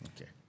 okay